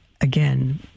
Again